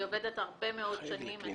אני עובדת הרבה מאוד שנים.